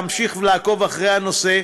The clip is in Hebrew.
כדי שנוכל להמשיך לעקוב אחר הנושא,